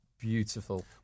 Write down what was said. Beautiful